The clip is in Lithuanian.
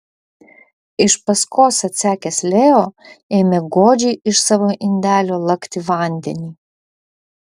iš paskos atsekęs leo ėmė godžiai iš savo indelio lakti vandenį